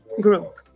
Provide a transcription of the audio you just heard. group